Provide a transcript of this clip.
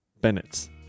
Bennett